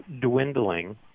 dwindling